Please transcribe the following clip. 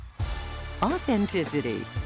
Authenticity